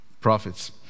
prophets